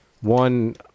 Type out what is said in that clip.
one